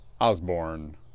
Osborne